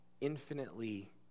infinitely